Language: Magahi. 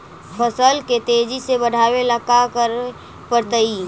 फसल के तेजी से बढ़ावेला का करे पड़तई?